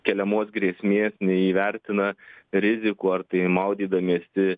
keliamos grėsmės neįvertina rizikų ar tai maudydamiesi